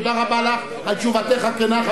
תודה רבה לך על תשובתך הכנה.